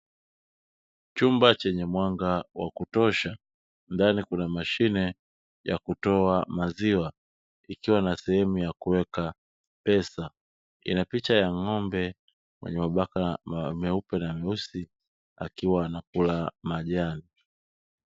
Chumba chenye mwanga wa kutosha ndani kuna mashine ya kutoa maziwa ikiwa na sehemu ya kuweka pesa. Ina picha ya ng'ombe mwenye mabaka meupe na meusi akiwa anakula majani.